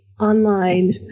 online